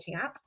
apps